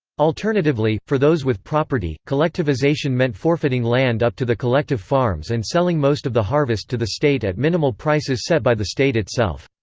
alternatively, for those with property, collectivization meant forfeiting land up to the collective farms and selling most of the harvest to the state at minimal prices set by the state itself.